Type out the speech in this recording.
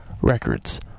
Records